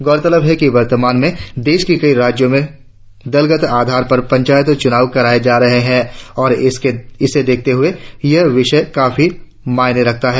गौरतलब है कि वर्तमान में देश के कई राज्यों में दलगत आधार पर पंचायत चुनाव कराए जा रहे है और इसे देखते हुए यह विषय काफी मायने रखता है